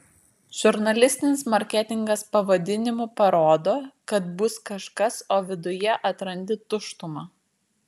žurnalistinis marketingas pavadinimu parodo kad bus kažkas o viduje atrandi tuštumą